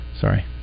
Sorry